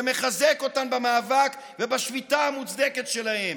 ומחזק אותן במאבק ובשביתה המוצדקת שלהן.